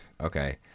okay